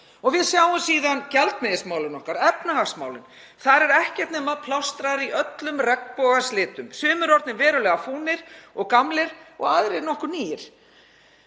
Við sjáum síðan gjaldmiðilsmálin okkar, efnahagsmálin. Þar er ekkert nema plástrar í öllum regnbogans litum, sumir orðnir verulega fúnir og gamlir og aðrir nokkuð nýir.